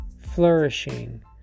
flourishing